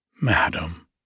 Madam